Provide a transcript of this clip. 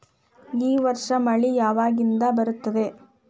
ಈ ವರ್ಷ ಮಳಿ ಯಾವಾಗಿನಿಂದ ಬರುತ್ತದೆ?